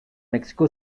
mexico